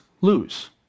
lose